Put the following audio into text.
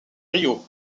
rio